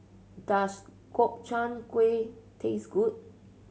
does Gobchang Gui taste good